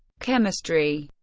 chemistry